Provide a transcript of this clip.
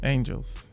Angels